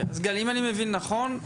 אז אם אני מבין נכון,